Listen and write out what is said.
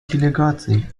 делегациям